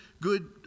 good